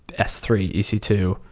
s three, e c two,